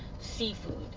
seafood